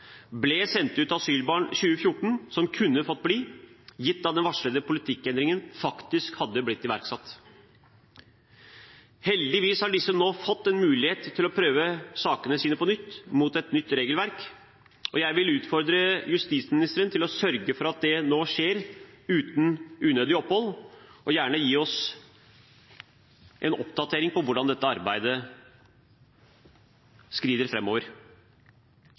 ble sendt ut asylbarn i 2014 som kunne fått bli, gitt at den varslede politikkendringen faktisk hadde blitt iverksatt. Heldigvis har disse nå fått en mulighet til å prøve sakene sine på nytt, mot et nytt regelverk. Jeg vil utfordre justisministeren til å sørge for at det nå skjer uten unødig opphold, og gjerne gi oss en oppdatering på hvordan dette arbeidet skrider